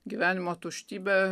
gyvenimo tuštybę